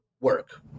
work